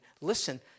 Listen